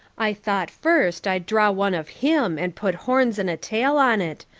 i thought first i'd draw one of him and put horns and a tail on it,